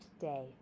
day